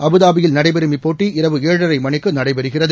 அபுதாபியில் நடைபெறும் இப்போட்டி இரவு ஏழரை மணிக்கு நடைபெறுகிறது